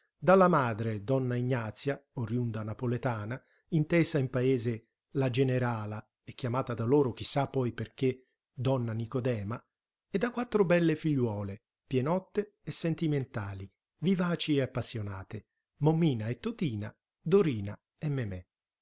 dalla madre donna ignazia oriunda napoletana intesa in paese la generala e chiamata da loro chi sa poi perché donna nicodema e da quattro belle figliuole pienotte e sentimentali vivaci e appassionate mommina e totina dorina e